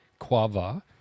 quava